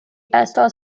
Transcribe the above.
estas